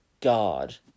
god